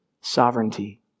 sovereignty